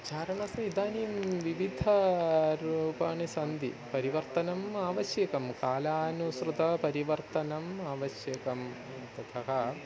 चारणस्य इदानीं विविधरूपाणि सन्ति परिवर्तनम् आवश्यकं कालानुसृतपरिवर्तनम् आवश्यकं ततः